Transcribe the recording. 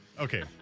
okay